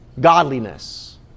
godliness